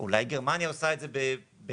אולי גרמניה עושה את זה בסינגפור,